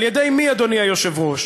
על-ידי מי, אדוני היושב-ראש?